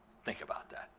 think about that.